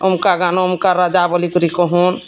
ଅମ୍କା ଗାଁନ ଅମ୍କା ରାଜା ବୋଲିକରି କହୁନ୍